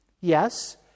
Yes